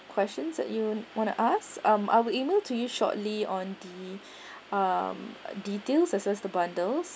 questions that you want to ask um I will email to you shortly on the um details versus the bundles